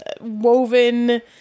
woven